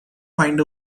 find